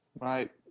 Right